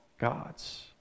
gods